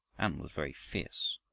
and was very fierce.